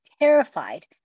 terrified